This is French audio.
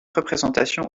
représentation